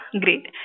Great